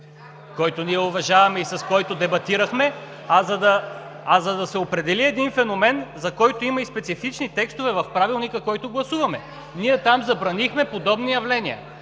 когото ние уважаваме и с когото дебатирахме (реплики от ГЕРБ), а за да се определи един феномен, за който има специфични текстове в Правилника, който гласуваме. Ние там забранихме подобни явления.